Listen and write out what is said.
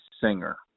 singer